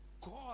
God